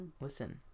Listen